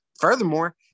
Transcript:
furthermore